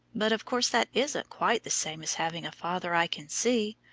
but of course that isn't quite the same as having a father i can see.